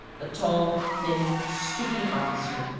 a tall, thin, stooping officer,